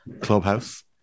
Clubhouse